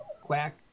quack